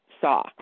saw